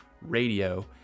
radio